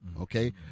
Okay